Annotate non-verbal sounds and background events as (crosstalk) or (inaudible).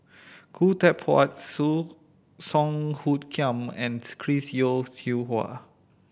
Khoo Teck Puat (unintelligible) Song Hoot Kiam and Chris Yeo Siew Hua